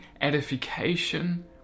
edification